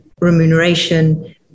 remuneration